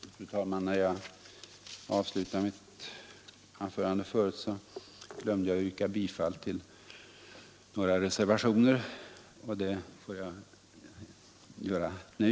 Fru talman! När jag avslutade mitt förra anförande glömde jag yrka bifall till några reservationer. Det gör jag i stället nu.